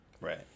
Right